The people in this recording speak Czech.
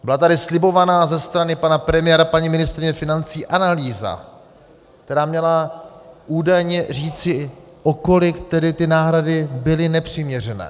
Byla tady slibována ze strany pana premiéra, paní ministryně financí analýza, která měla údajně říci, o kolik byly ty náhrady nepřiměřené.